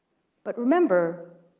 but remember,